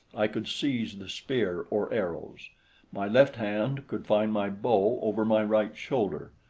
i could seize the spear or arrows my left hand could find my bow over my right shoulder,